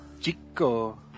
Chico